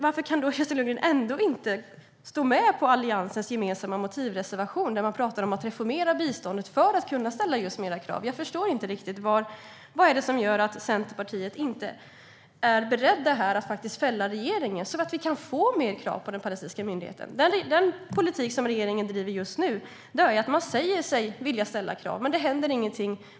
Varför kan hon då ändå inte stå med på Alliansens gemensamma motivreservation, där man talar om att reformera biståndet för att just kunna ställa fler krav? Jag förstår inte riktigt vad det är som gör att Centerpartiet inte är berett att fälla regeringen här så att vi kan ställa fler krav på den palestinska myndigheten. Den politik regeringen driver just nu innebär att man säger sig vilja ställa krav, men ingenting händer.